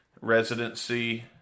residency